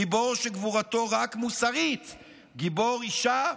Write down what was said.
גיבור / שגבורתו רק מוסרית / גיבור אישה,